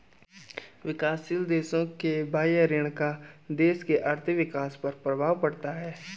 विकासशील देशों के बाह्य ऋण का देश के आर्थिक विकास पर प्रभाव पड़ता है